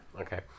Okay